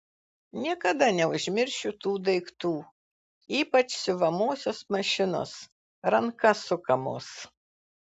niekada neužmiršiu tų daiktų ypač siuvamosios mašinos ranka sukamos